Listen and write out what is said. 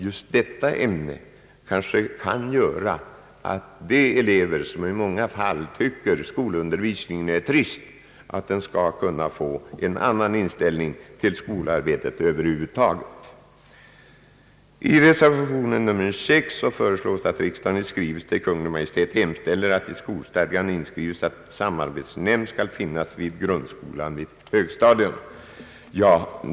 Just detta ämne kan kanske göra att de elever som i många fall tycker att skolundervisningen är trist får en «annan inställning till skolarbetet över huvud taget. I reservation 6 föreslås att riksdagen i skrivelse till Kungl. Maj:t hemställer att i skolstadgan inskrives att samarbetsnämnd skall finnas vid grundskola med högstadium.